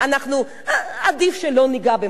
עדיף שלא ניגע במצב הזה,